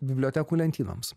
bibliotekų lentynoms